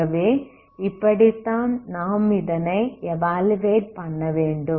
ஆகவே இப்படித்தான் நாம் இதனை எவாலுவேட் பண்ணவேண்டும்